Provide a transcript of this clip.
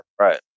Right